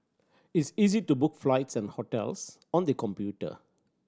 it's easy to book flights and hotels on the computer